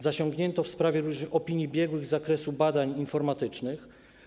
Zasięgnięto w sprawie opinii biegłych z zakresu badań informatycznych.